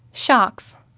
sharks.